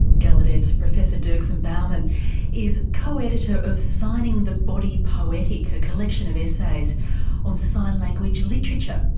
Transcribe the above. gallaudet's professor dirksen bauman is co-editor of signing the body poetic, a collection of essays on sign language literature.